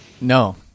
No